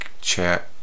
chat